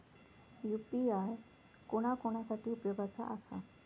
UPI कोणा कोणा साठी उपयोगाचा आसा?